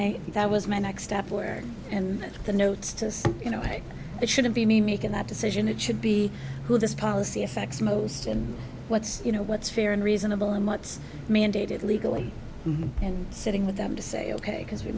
i that was my next step where and the notes just you know why it shouldn't be me making that decision it should be who this policy affects most and what's you know what's fair and reasonable and what's mandated legally and sitting with them to say ok because we